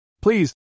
Please